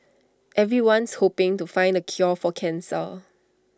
everyone's hoping to find the cure for cancer